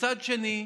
מצד שני,